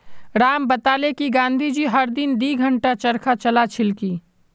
राम बताले कि गांधी जी हर दिन दी घंटा चरखा चला छिल की